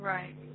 Right